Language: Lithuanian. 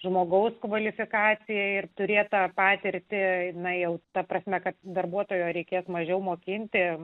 žmogaus kvalifikacija ir turėtą patirtį eina jau ta prasme kad darbuotojo reikės mažiau mokinti